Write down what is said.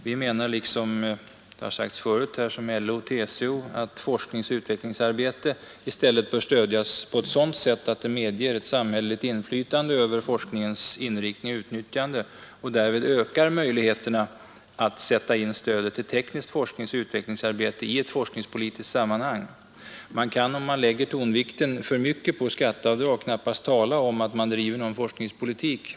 Vi menar, liksom bl.a. LO och TCO, att forskning och utvecklingsarbete bör stödjas på ett sådant sätt att det medger ett samhälleligt inflytande över forskningens inriktning och utnyttjande och därvid ökar möjligheten att sätta in stödet till tekniskt forskningsoch utvecklingsarbete i ett forskningspolitiskt sammanhang. Om man lägger vikten för mycket på skatteavdrag, kan man knappast tala om forskningspolitik.